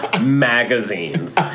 magazines